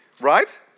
right